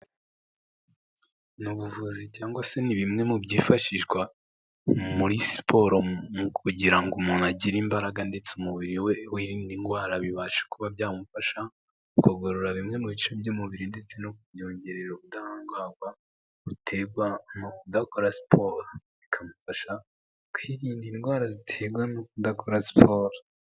Ni ubuvuzi cyangwa se ni bimwe mu byifashishwa, muri siporo mu kugira ngo umuntu agire imbaraga ndetse umubiri we wirinda indwara bibashe kuba byamufasha, kugorora bimwe mu bice by'umubiri ndetse no ku byongerera ubudahangarwa, buterwa mu kudakora siporo, bikamufasha kwirinda indwara ziterwa no kudakora siporo.